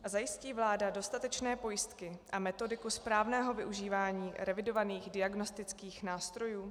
A zajistí vláda dostatečné pojistky a metodiku správného využívání revidovaných diagnostických nástrojů?